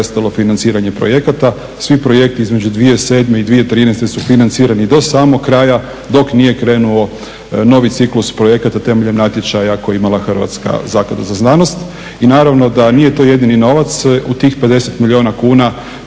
Hrvatska zaklada za znanost.